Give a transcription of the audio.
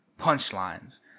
punchlines